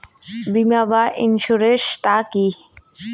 বিমা বা ইন্সুরেন্স টা কি?